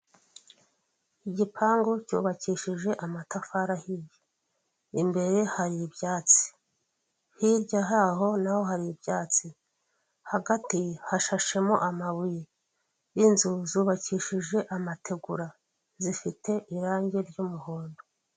Igipangu cyubakishije amatafari ahiye, imbere hari ibyatsi hirya haho n'aho hari ibyatsi, hagati hashashemo amabuye, inzu zubakishije amategura zifite irangi ry'umuhondo.